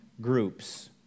groups